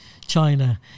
China